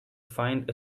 find